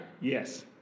Yes